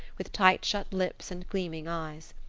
with tight-shut lips and gleaming eyes.